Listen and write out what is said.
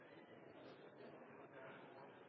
de kan